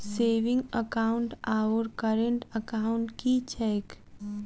Saving account आओर current account की छैक?